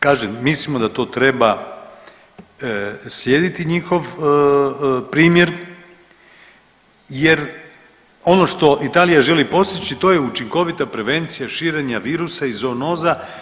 Kažem mislimo da to treba slijediti njihov primjer, jer ono što Italija želi postići to je učinkovita prevencija širenja virusa i zoonoza.